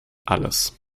alles